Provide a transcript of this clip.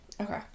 Okay